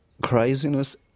craziness